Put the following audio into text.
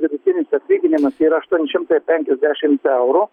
vidutinis atlyginimas yra aštuoni šimtai penkiasdešimt eurų